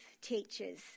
teachers